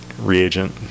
reagent